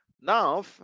Now